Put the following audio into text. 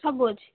ସବୁ ଅଛି